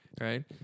right